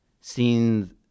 seen